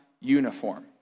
uniform